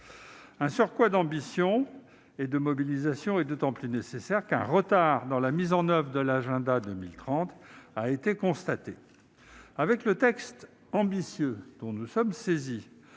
Un surcroît d'ambition et de mobilisation est d'autant plus nécessaire qu'un retard dans la mise en oeuvre de l'Agenda 2030 avait été constaté. Avec le texte ambitieux dont nous sommes saisis,